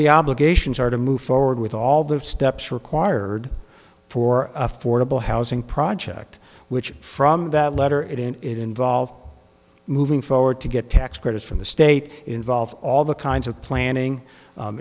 the obligations are to move forward with all the steps required for affordable housing project which from that letter it and it involved moving forward to get tax credits from the state involve all the kinds of planning